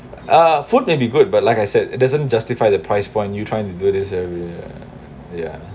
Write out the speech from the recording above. uh food can be good but like I said it doesn't justify the price point you trying to do this every ya